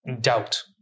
doubt